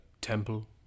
temple